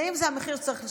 ואם זה המחיר צריך לשלם,